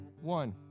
one